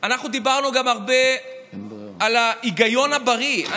אנחנו דיברנו גם הרבה על ההיגיון הבריא.